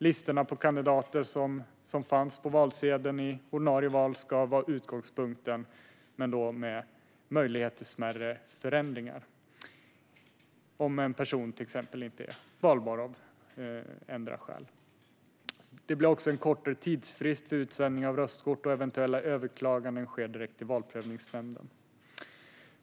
Listorna på kandidater som fanns på valsedeln i det ordinarie valet ska vara utgångspunkten, dock med möjlighet till smärre förändringar om en person till exempel inte är valbar av något skäl. Det blir också en kortare tidsfrist för utsändning av röstkort, och eventuella överklaganden sker direkt till Valprövningsnämnden.